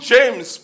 James